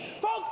Folks